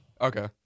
Okay